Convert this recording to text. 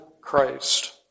Christ